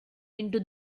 into